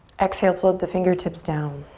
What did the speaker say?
exhale float the fingertips down